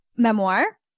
memoir